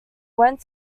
went